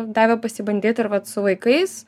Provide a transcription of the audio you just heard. davė pasibandyti ir vat su vaikais